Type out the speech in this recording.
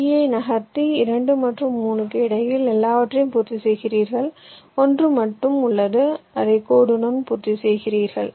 b ஐ நகர்த்தி 2 மற்றும் 3 க்கு இடையில் எல்லாவற்றையும் பூர்த்தி செய்கிறீர்கள் ஒன்று மட்டுமே உள்ளது அதை கோடுடன் பூர்த்தி செய்கிறீர்கள்